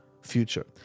future